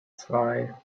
zwei